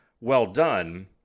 well-done